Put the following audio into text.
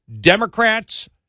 Democrats